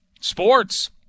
Sports